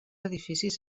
edificis